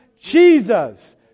Jesus